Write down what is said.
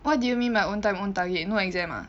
what do you mean by own time own target no exam ah